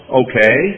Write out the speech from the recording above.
okay